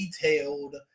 detailed